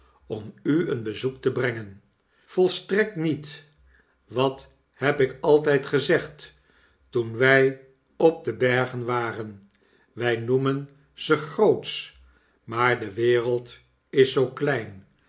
om u een bezoek te brengen volstrekt niet wat heb ik altijd gezegd toen wg op de bergen waren wg noemen ze grootsch maar de wereld is zoo klein